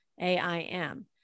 A-I-M